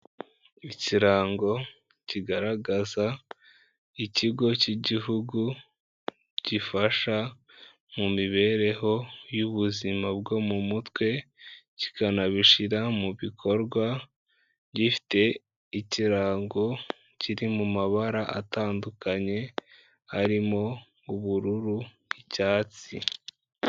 Ikirango kigaragaza ikigo cy'Igihugu gifasha mu mibereho y'ubuzima bwo mu mutwe, kikanabishyira mu bikorwa, gifite ikirango kiri mu mabara atandukanye harimo ubururu, icyatsi.